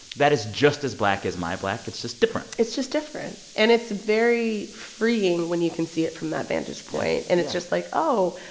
that is just as black as my black. it's just different it's just different. and it's very freeing when you can see it from that vantage point yeah and it's just like, oh,